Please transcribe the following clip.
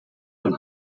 von